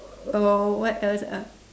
or what else ah